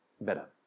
better